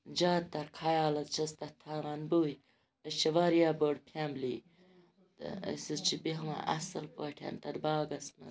زیادٕ تَر خَیال حظ چھَس تَتھ تھاوان بیٚیہِ أسۍ چھِ واریاہ بٔڑ فیملی أسۍ حظ چھِ بیٚہوان اَصل پٲٹھۍ تَتھ باغَس مَنٛز